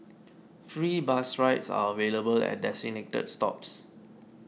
free bus rides are available at designated stops